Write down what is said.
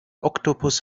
oktopus